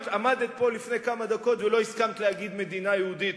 עמדת פה לפני כמה דקות ולא הסכמת להגיד מדינה יהודית,